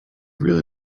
really